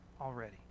already